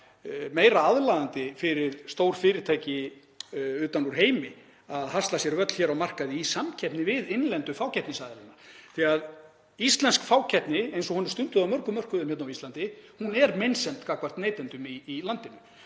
meira aðlaðandi fyrir stór fyrirtæki utan úr heimi að hasla sér völl á markaði í samkeppni við innlendu fákeppnisaðilana. Íslensk fákeppni eins og hún er stunduð á mörgum mörkuðum hér er meinsemd gagnvart neytendum í landinu.